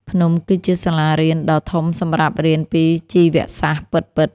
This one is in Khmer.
ភ្នំគឺជាសាលារៀនដ៏ធំសម្រាប់រៀនពីជីវសាស្ត្រពិតៗ។